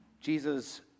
Jesus